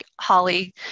Holly